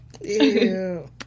Ew